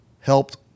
helped